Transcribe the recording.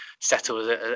settle